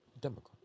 Democrat